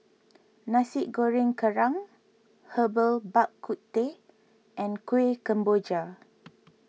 Nasi Goreng Kerang Herbal Bak Ku Teh and Kuih Kemboja